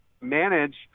manage –